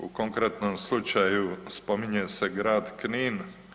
U konkretnom slučaju spominje se grad Knin.